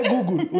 Google